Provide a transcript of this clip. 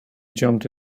jumped